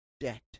debt